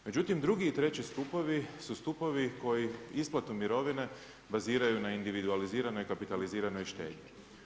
Međutim drugi i treći stupovi su stupovi koji isplatom mirovine baziraju na individualiziranoj i kapitaliziranoj štednju.